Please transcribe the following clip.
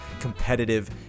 competitive